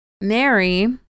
Mary